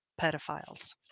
pedophiles